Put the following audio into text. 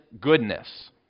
goodness